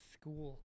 school